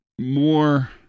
more